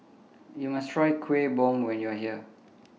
YOU must Try Kuih Bom when YOU Are here